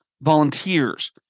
volunteers